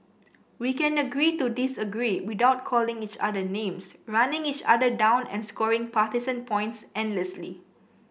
we can agree to disagree without calling each other names running each other down and scoring partisan points endlessly